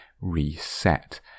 reset